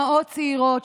אני אומר לכם,